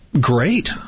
Great